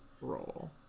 roll